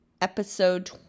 Episode